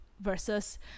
versus